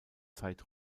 zeit